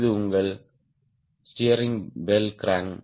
இது உங்கள் steering bell crank